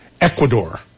ecuador